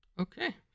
Okay